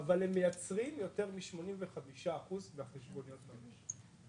אבל הן מייצרות יותר מ-85 אחוזים מהחשבוניות במשק.